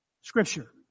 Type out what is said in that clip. Scripture